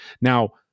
Now